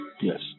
Yes